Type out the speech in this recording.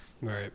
Right